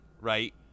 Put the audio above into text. right